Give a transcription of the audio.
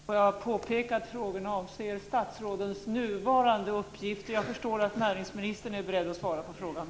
Får jag påpeka att frågorna avser statsrådens nuvarande uppgifter. Jag förstår att näringsministern är beredd att svara på frågan.